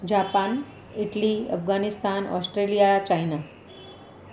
Japan Italy Afghanistan Australia China